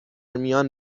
میان